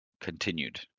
continued